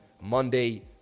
Monday